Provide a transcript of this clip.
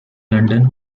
london